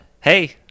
Hey